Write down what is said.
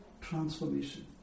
transformation